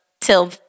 till